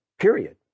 period